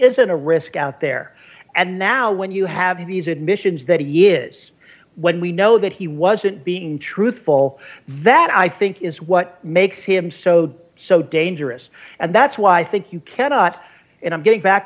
isn't a risk out there and now when you have these admissions that he uses when we know that he wasn't being truthful that i think is what makes him so so dangerous and that's why i think you cannot and i'm getting back